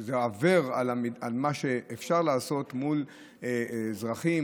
שזה עובר על מה שאפשר לעשות מול אזרחים,